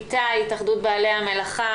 איתי התאחדות בעלי המלאכה,